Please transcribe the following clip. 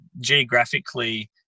geographically